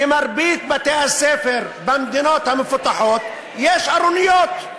במרבית בתי-הספר במדינות המפותחות יש ארוניות.